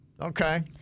Okay